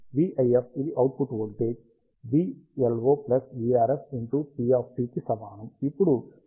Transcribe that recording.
కాబట్టి vIF ఇది output voltage vLO vRF p కి సమానం